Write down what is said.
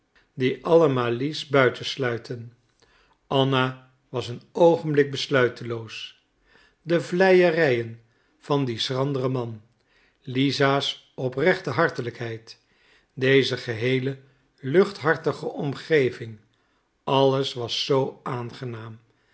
die alle malice buiten sluiten anna was een oogenblik besluiteloos de vleierijen van dien schranderen man lisa's oprechte hartelijkheid deze geheele luchthartige omgeving alles was zoo aangenaam